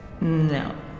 No